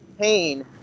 pain